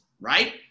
right